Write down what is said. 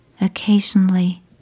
Occasionally